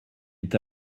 est